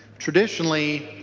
traditionally